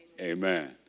Amen